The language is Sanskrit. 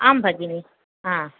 आं भगिनि हा